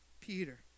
Peter